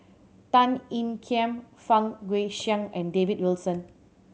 Tan Ean Kiam Fang Guixiang and David Wilson